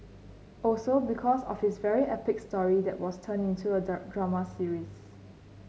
also because of his very epic story that was turned into a drama series